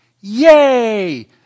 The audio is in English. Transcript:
Yay